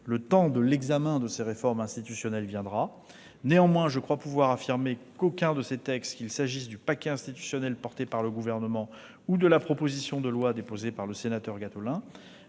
Le temps de l'examen de ces réformes institutionnelles viendra. Néanmoins, je crois pouvoir affirmer qu'aucun de ces textes, qu'il s'agisse du paquet institutionnel porté par le Gouvernement ou de la proposition de loi déposée par le sénateur Gattolin,